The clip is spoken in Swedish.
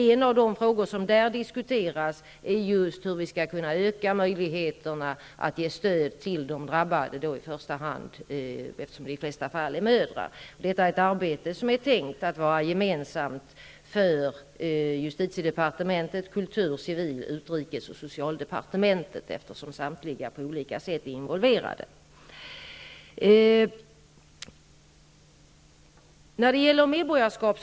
En av de frågor som där diskuteras är just hur vi skall kunna öka möjligheterna att ge stöd till de drabbade, i första hand mödrarna, eftersom det i de flesta fall rör sig om det. Det är tänkt att detta arbete skall vara gemensamt för justitiedepartementet, kultur , civil , utrikes och socialdepartementen, eftersom samtliga på olika sätt är involverade.